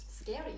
scary